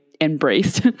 embraced